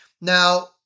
Now